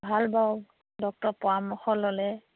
ভাল বাৰু ডক্তৰৰ পৰামৰ্শ ল'লে